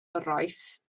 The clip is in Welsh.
rois